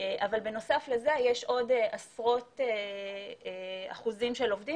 אבל בנוסף לזה יש עוד עשרות אחוזים של עובדים